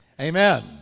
Amen